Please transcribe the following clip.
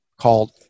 called